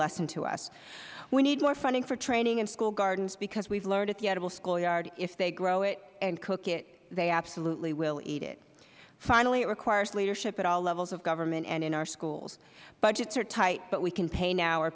lesson to us we need more funding for training and for school gardens because we have learned at the edible schoolyard if they grow it and cook it they absolutely will eat it finally it requires leadership at all levels of government and in our schools budgets are tight but we can pay now or